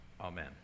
Amen